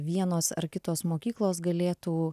vienos ar kitos mokyklos galėtų